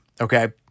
Okay